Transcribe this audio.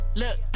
look